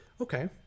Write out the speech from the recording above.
Okay